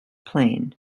plain